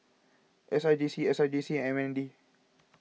S R J C S R J C and M N D